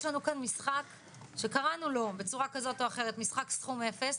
יש לנו כאן משחק שקראנו לו בצורה כזאת או אחרת משחק סכום אפס,